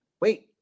wait